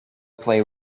play